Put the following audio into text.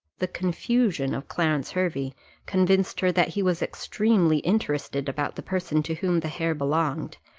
the confusion of clarence hervey convinced her that he was extremely interested about the person to whom the hair belonged,